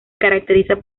caracteriza